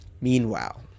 Meanwhile